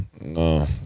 no